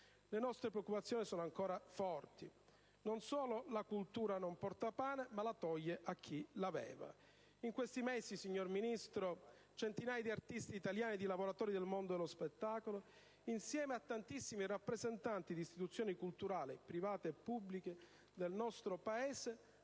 Le nostre preoccupazioni sono ancora forti. Non solo la cultura non porta pane, ma lo toglie a chi l'aveva. In questi mesi, signor Ministro, centinaia di artisti italiani e di lavoratori del mondo dello spettacolo, insieme a tantissimi rappresentanti di istituzioni culturali private e pubbliche del nostro Paese,